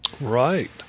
Right